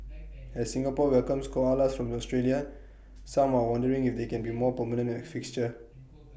as Singapore welcomes koalas from Australia some are wondering if they can be A more permanent fixture